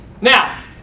Now